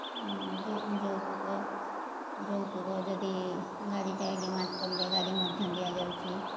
ଯୌତୁକ ଯୌତୁକ ଯଦି ଗାଡ଼ିଟା ଡିମାଣ୍ଡ୍ କଲେ ଗାଡ଼ି ମଧ୍ୟ ଦିଆଯାଉଛି